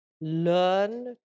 learn